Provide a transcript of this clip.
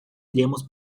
iremos